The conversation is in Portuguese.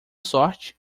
sorte